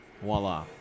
Voila